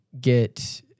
get